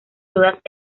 todas